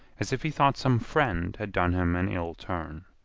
as if he thought some friend had done him an ill turn.